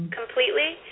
completely